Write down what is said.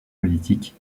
politique